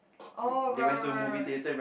oh right right right right right